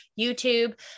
YouTube